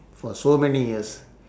for so many years